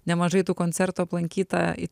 nemažai tų koncertų aplankyta į